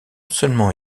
seulement